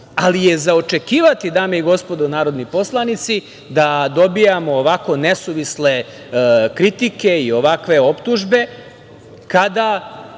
za očekivati je, dame i gospodo narodni poslanici, da dobijamo ovako nesuvisle kritike i ovakve optužbe kada